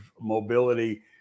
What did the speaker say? mobility